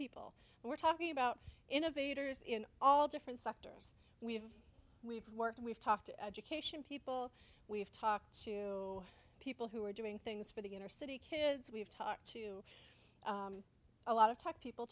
people and we're talking about innovators in all different sectors we have we've worked we've talked to education people we've talked to people who are doing things for the inner city kids we've talked to a lot of talk people